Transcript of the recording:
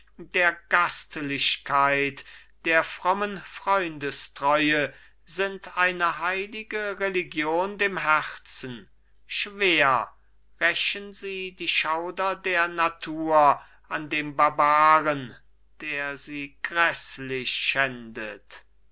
der gastlichkeit der frommen freundestreue sind eine heilige religion dem herzen schwer rächen sie die schauder der natur an dem barbaren der sie gräßlich schändet